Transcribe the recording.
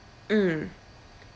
mm